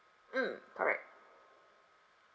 mm correct